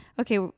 okay